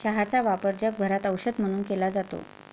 चहाचा वापर जगभरात औषध म्हणून केला जातो